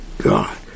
God